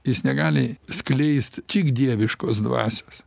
jis negali skleist tik dieviškos dvasios